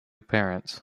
parents